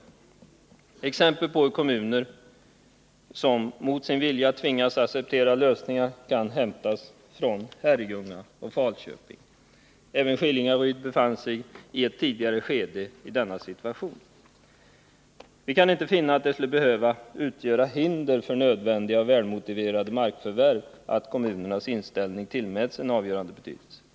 Som exempel på kommuner som mot sin vilja tvingas acceptera lösningar kan nämnas Herrljunga och Falköping. Även Skillingaryd befann sig i ett tidigare skede i denna situation. Vi kan inte finna att det skulle behöva utgöra hinder för nödvändiga och välmotiverade markförvärv att kommunernas inställning tillmäts en avgörande betydelse.